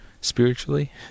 spiritually